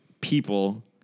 people